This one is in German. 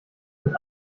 mit